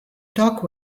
talk